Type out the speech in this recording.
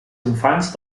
infants